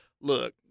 look